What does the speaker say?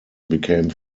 became